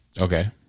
Okay